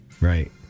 Right